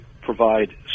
provide